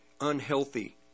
unhealthy